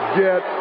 get